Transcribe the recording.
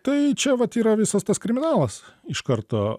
tai čia vat yra visas tas kriminalas iš karto